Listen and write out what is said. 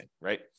right